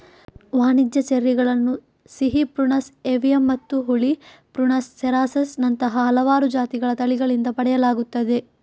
ವಾಣಿಜ್ಯ ಚೆರ್ರಿಗಳನ್ನು ಸಿಹಿ ಪ್ರುನಸ್ ಏವಿಯಮ್ಮತ್ತು ಹುಳಿ ಪ್ರುನಸ್ ಸೆರಾಸಸ್ ನಂತಹ ಹಲವಾರು ಜಾತಿಗಳ ತಳಿಗಳಿಂದ ಪಡೆಯಲಾಗುತ್ತದೆ